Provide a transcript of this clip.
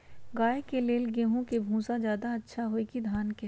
गाय के ले गेंहू के भूसा ज्यादा अच्छा होई की धान के?